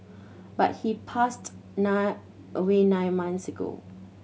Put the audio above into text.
but he passed nine away nine months ago